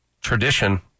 tradition